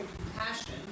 compassion